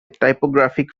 typographic